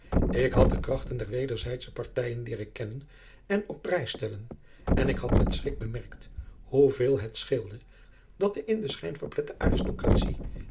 ik had de krachten der wederzijdsche partijen leeren kennen en op prijs stellen en ik had met schrik bemerkt hoe veel het scheelde dat de in schijn verplette aristocratie